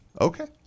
Okay